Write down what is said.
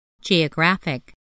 Geographic